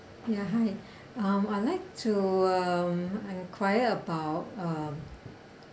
ya hi um I like to um enquire about um